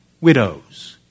widows